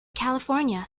california